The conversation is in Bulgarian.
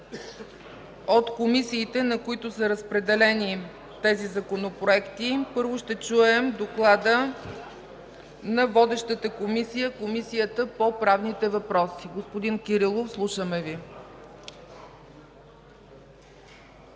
от комисиите, на които са разпределени законопроектите. Първо ще чуем доклада на водещата Комисия по правни въпроси. Господин Кирилов, слушаме Ви.